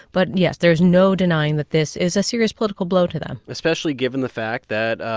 but yes, there's no denying that this is a serious political blow to them especially given the fact that,